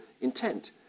intent